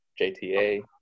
JTA